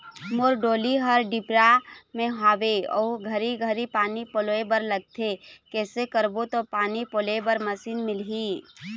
मोर डोली हर डिपरा म हावे अऊ घरी घरी पानी पलोए बर लगथे कैसे करबो त पानी पलोए बर मशीन मिलही?